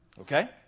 Okay